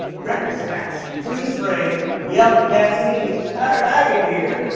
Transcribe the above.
record scratch! freeze-frame! yup, that's me! how did i get here?